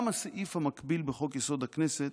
גם הסעיף המקביל בחוק-יסוד: הכנסת